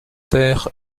ter